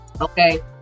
okay